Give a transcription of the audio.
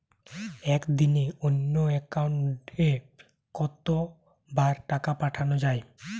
একদিনে অন্য একাউন্টে কত বার টাকা পাঠানো য়ায়?